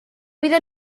vida